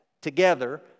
together